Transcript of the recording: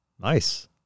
Nice